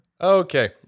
Okay